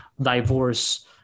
divorce